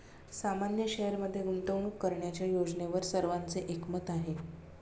सामान्य शेअरमध्ये गुंतवणूक करण्याच्या योजनेवर सर्वांचे एकमत आहे